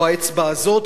או האצבע הזאת,